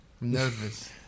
nervous